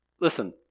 listen